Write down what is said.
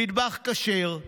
מטבח כשר,